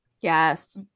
Yes